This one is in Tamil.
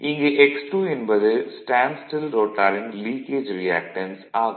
இங்கு x2 என்பது ஸ்டேன்ட் ஸ்டில் ரோட்டாரின் லீக்கேஜ் ரியாக்டன்ஸ் ஆகும்